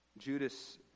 Judas